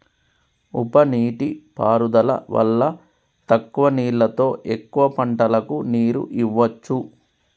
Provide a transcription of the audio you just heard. ఉప నీటి పారుదల వల్ల తక్కువ నీళ్లతో ఎక్కువ పంటలకు నీరు ఇవ్వొచ్చు